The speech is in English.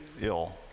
ill